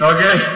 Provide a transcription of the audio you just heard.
Okay